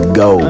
go